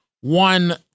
one